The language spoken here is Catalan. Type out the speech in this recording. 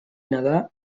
nedar